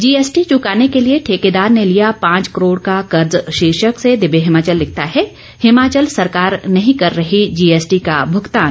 GST चुकाने के लिए ठेकेदार ने लिया पांच करोड़ का कर्ज शीर्षक से दिव्य हिमाचल लिखता है हिमाचल सरकार नहीं कर रही है जीएसटी का भुगतान